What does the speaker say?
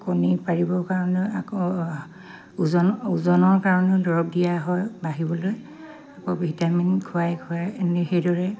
কণী পাৰিবৰ কাৰণেও আকৌ ওজন ওজনৰ কাৰণেও দৰৱ দিয়া হয় বাঢ়িবলৈ আকৌ ভিটামিন খুৱাই খুৱাই এনে সেইদৰে